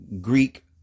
Greek